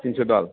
थिनस' दाल